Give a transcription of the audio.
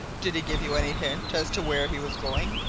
did he give you any hint as to where he was going?